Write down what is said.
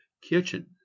kitchen